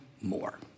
more